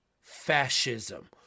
Fascism